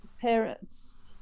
parents